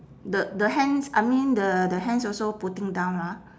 the the hands I mean the the hands also putting down ah